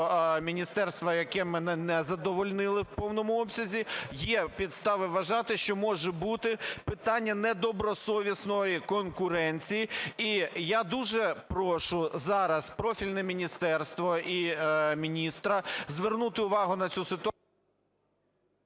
міністерства, які мене не задовольнили в повному обсязі. Є підстави вважати, що може бути питання недобросовісної конкуренції. І я дуже прошу зараз профільне міністерство і міністра звернути увагу на цю…